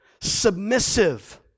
submissive